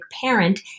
parent